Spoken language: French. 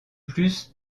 plus